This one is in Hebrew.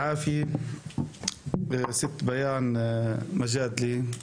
תודה לגברת ביאן מג'אדלה.